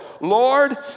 Lord